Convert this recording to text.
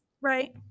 Right